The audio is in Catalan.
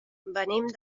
venim